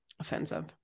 offensive